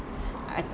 I